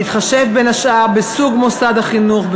בהתחשב בין השאר בסוג מוסד החינוך,